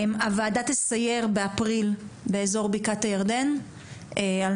הוועדה תסייר באפריל באזור בקעת הירדן על